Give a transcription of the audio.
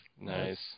Nice